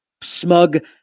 smug